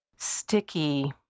sticky